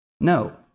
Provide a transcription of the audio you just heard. No